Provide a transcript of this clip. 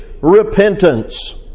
repentance